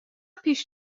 پیش